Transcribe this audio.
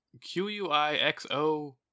Q-U-I-X-O